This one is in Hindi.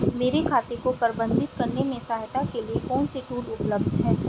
मेरे खाते को प्रबंधित करने में सहायता के लिए कौन से टूल उपलब्ध हैं?